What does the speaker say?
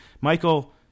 Michael